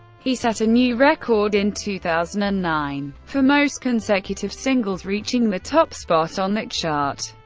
he set a new record in two thousand and nine for most consecutive singles reaching the top spot on that chart.